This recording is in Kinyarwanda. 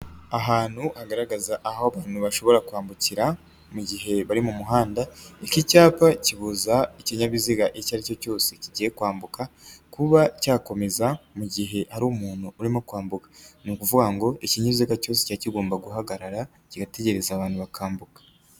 Ahantu hagaragaza aho abantu bashobora kwambukira mu gihe bari mu muhanda, iki cyapa kibuza ikinyabiziga icyo ari cyo cyose kigiye kwambuka kuba cyakomeza mu gihe ari umuntu urimo kwambuka. Ni ukuvuga ngo ikinyabiziga cyose kiba kigomba guhagarara kigategereza abantu bakambuka.